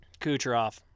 Kucherov